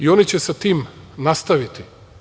Oni će sa tim nastaviti.